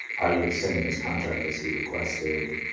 are you extending his contract as he requested,